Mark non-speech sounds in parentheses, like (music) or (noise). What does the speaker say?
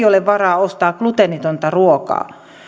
(unintelligible) ole varaa ostaa gluteenitonta ruokaa